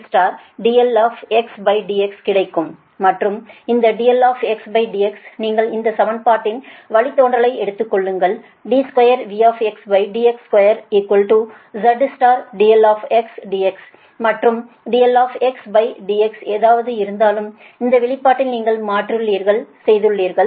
மற்றும் இந்த dI dx நீங்கள் இந்த சமன்பாட்டின் வழித்தோன்றலை எடுத்துக் கொள்ளுங்கள் d2V dx2 z dI dx மற்றும் dI dxஎதுவாக இருந்தாலும் இந்த வெளிப்பாட்டில் நீங்கள் மாற்றீடு செய்துள்ளீர்கள்